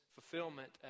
fulfillment